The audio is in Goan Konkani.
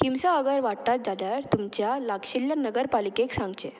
किमसां अगर वाडटात जाल्यार तुमच्या लागशिल्ल्यान नगर पालिकेक सांगचें